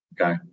Okay